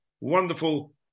wonderful